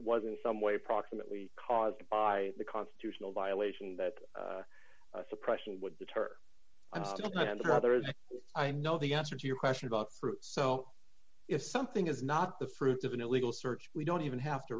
was in some way approximately caused by the constitutional violation that suppression would deter and the other is i know the answer to your question about fruit so if something is not the fruit of an illegal search we don't even have to